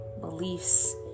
beliefs